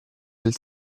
del